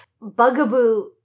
bugaboo